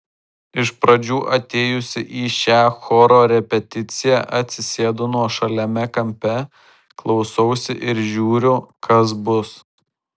iš pradžių atėjusi į šią choro repeticiją atsisėdu nuošaliame kampe klausausi ir žiūriu kas bus